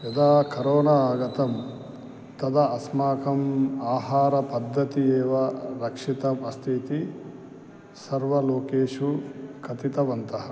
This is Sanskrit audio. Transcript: यदा करोना आगतं तदा अस्माकम् आहारपद्धतिः एव रक्षितम् अस्ति इति सर्व लोकेषु कथितवन्तः